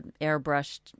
airbrushed